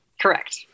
Correct